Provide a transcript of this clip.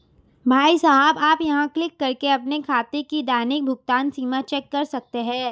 भाई साहब आप यहाँ क्लिक करके अपने खाते की दैनिक भुगतान सीमा चेक कर सकते हैं